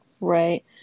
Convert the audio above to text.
Right